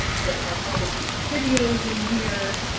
there are probably some videos in here.